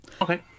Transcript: Okay